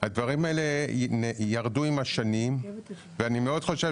הדברים האלה ירדו עם השנים ואני מאוד חושב